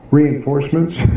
reinforcements